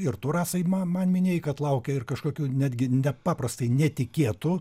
ir tu rasa ma man minėjai kad laukia ir kažkokių netgi nepaprastai netikėtų